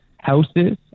Houses